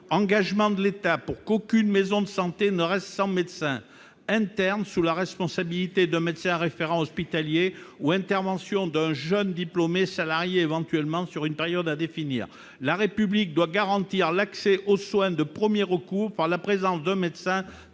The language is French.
engagement de l'État pour qu'aucune maison de santé n'aura, sans médecin interne sous la responsabilité d'un médecin référent hospitalier ou intervention d'un jeune diplômé salariés éventuellement sur une période à définir la République doit garantir l'accès aux soins de 1er recours par la présence d'un médecin